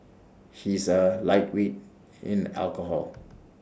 he is A lightweight in alcohol